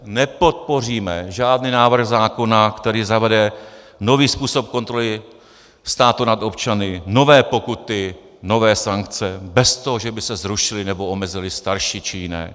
Nepodpoříme žádný návrh zákona, který zavede nový způsob kontroly státu nad občany, nové pokuty, nové sankce bez toho, že by se zrušily nebo omezily starší či jiné.